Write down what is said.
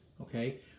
Okay